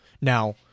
Now